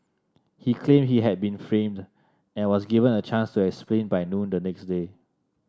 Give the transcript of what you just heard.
he claimed he had been framed and was given a chance to explain by noon the next day